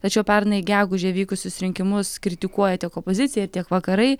tačiau pernai gegužę vykusius rinkimus kritikuojate opozicija tiek vakarai